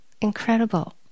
incredible